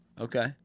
Okay